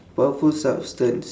powerful substance